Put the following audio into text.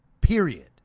Period